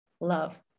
Love